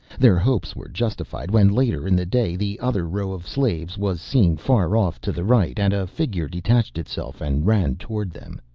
their hopes were justified when later in the day the other row of slaves was seen far off to the right, and a figure detached itself and ran towards them.